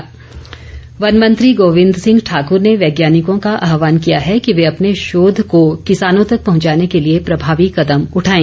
स्थापना दिवस वन मंत्री गोविंद सिंह ठाकूर ने वैज्ञानिकों का आहवान किया कि वे अपने शोध को किसानों तक पहुंचाने के लिए प्रभावी कदम उठाएँ